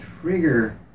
trigger